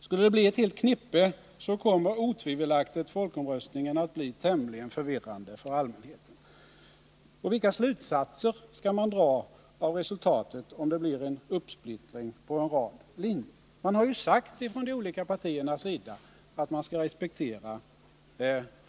Skulle det bli ett helt knippe kommer otvivelaktigt folkomröstningen att bli tämligen fövirrande för allmänheten. Och vilka slutsatser skall man dra av resultatet om det blir en uppsplittring på en rad linjer? Man har ju ifrån de olika partiernas sida sagt att man skall respektera